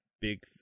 big